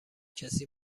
کسی